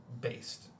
based